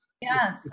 Yes